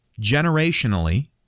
generationally